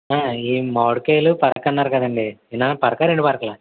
ఈ మాడికాయలు పరకన్నారు కదా అండి ఏన పరక రెండు పరకల